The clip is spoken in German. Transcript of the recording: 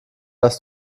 das